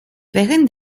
während